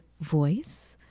voice